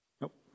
Nope